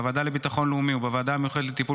בוועדה לביטחון לאומי ובוועדה המיוחדת לטיפול